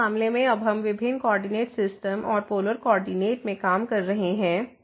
तो इस मामले में अब हम विभिन्न कोऑर्डिनेट सिस्टम और पोलर कोऑर्डिनेट में काम कर रहे हैं